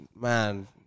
Man